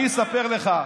אני אספר לך.